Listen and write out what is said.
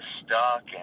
stuck